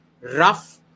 rough